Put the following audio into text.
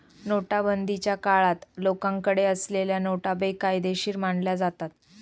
नोटाबंदीच्या काळात लोकांकडे असलेल्या नोटा बेकायदेशीर मानल्या जातात